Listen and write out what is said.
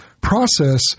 process